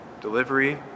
delivery